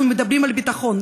אנחנו מדברים על ביטחון,